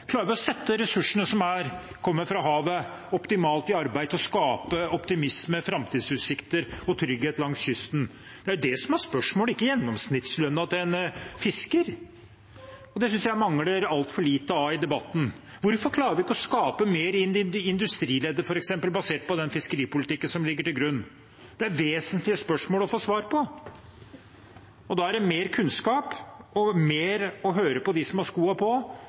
Klarer vi å sette ressursene som kommer fra havet, optimalt i arbeid for å skape optimisme, framtidsutsikter og trygghet langs kysten? Det er det som er spørsmålet, ikke gjennomsnittslønna til en fisker. Det jeg synes det er altfor lite om i debatten, er: Hvorfor klarer vi ikke å skape mer i f.eks. industrileddet, basert på den fiskeripolitikken som ligger til grunn? Det er vesentlige spørsmål å få svar på. Da er det mer kunnskap og å høre mer på dem som har skoene på,